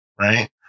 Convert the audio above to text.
Right